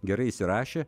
gerai įsirašė